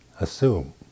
assume